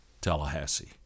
Tallahassee